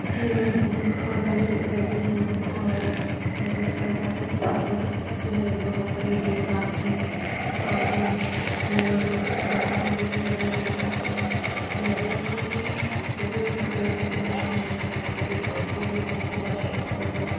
جی میں خاندانی لڑکی ہوں اور میرے پردادا بھی جو ہے بہت بڑے زمیں دار تھے اور جو میرے دادا ہیں وہ بھی بہت بڑے زمیں دار تھے اور میرے ابا جی جو ہیں وہ بھی بہت بڑے زمیں دار ہیں ان کا جو ہے بہت ہی زیادہ بہت بڑا